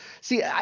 See